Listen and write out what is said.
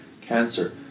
cancer